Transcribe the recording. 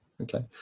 Okay